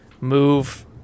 move